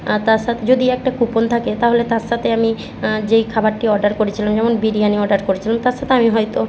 আর তার সাথে যদি একটা কুপন থাকে তাহলে তার সাথে আমি যেই খাবারটি অর্ডার করেছিলাম যেমন বিরিয়ানি অর্ডার করেছিলাম তার সাথে আমি হয়তো